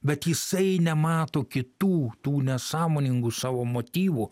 bet jisai nemato kitų tų nesąmoningų savo motyvų